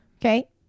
Okay